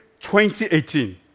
2018